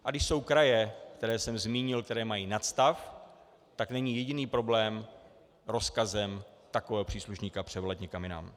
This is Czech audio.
A když jsou kraje, které jsem zmínil, které mají nadstav, tak není jediný problém rozkazem takového příslušníka převelet někam jinam.